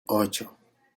ocho